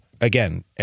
again